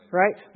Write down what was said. right